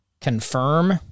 confirm